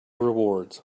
rewards